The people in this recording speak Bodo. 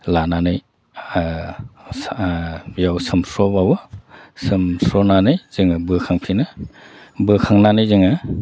लानानै बेयाव सोमस्रबावो सोमस्रनानै जोङो बोखांफिनो बोखांनानै जोङो